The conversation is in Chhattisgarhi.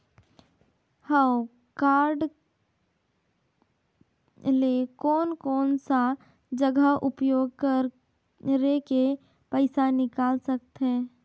हव कारड ले कोन कोन सा जगह उपयोग करेके पइसा निकाल सकथे?